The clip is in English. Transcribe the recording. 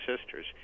sisters